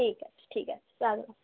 ঠিক আছে ঠিক আছে রাখলাম